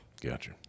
Gotcha